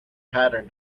pattern